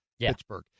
Pittsburgh